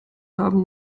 haben